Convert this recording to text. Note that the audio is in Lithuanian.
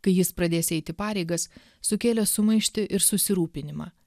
kai jis pradės eiti pareigas sukėlė sumaištį ir susirūpinimą